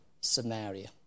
Samaria